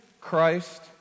Christ